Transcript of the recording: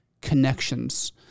connections